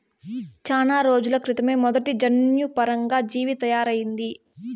చానా రోజుల క్రితమే మొదటి జన్యుపరంగా జీవి తయారయింది